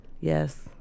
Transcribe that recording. Yes